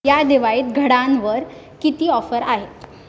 या दिवाळीत घडांवर किती ऑफर आहेत